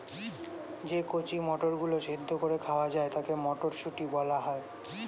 যে কচি মটরগুলো সেদ্ধ করে খাওয়া যায় তাকে মটরশুঁটি বলা হয়